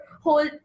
whole